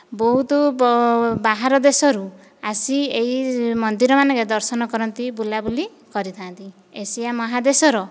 ବହୁତ ବାହାର ଦେଶରୁ ଆସି ଏହି ମନ୍ଦିର ମାନଙ୍କରେ ଦର୍ଶନ କରନ୍ତି ବୁଲାବୁଲି କରିଥାନ୍ତି ଏସିଆ ମହାଦେଶର